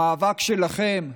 המאבק שלכם,